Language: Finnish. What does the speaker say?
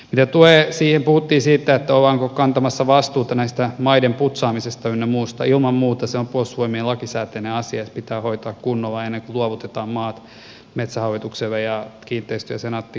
mitä tulee siihen kun puhuttiin siitä ollaanko kantamassa vastuuta näistä maiden putsaamisista ynnä muusta niin ilman muuta se on puolustusvoimien lakisääteinen asia ja se pitää hoitaa kunnolla ennen kuin luovutetaan maata metsähallitukselle ja kiinteistöjä senaatti kiinteistöille ynnä muuta